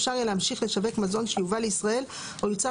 אפשר יהיה להמשיך לשווק מזון שיובא לישראל או יוצר